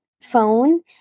phone